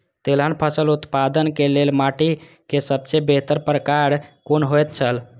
तेलहन फसल उत्पादन के लेल माटी के सबसे बेहतर प्रकार कुन होएत छल?